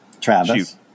Travis